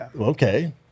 Okay